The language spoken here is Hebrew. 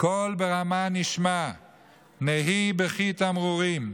"קול ברמה נשמע נהי בכי תמרורים.